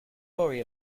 worry